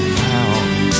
found